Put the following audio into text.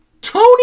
Tony